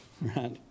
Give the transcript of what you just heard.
Right